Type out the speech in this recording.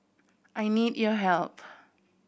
I need your help